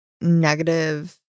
negative